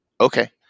Okay